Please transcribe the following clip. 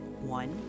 One